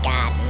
God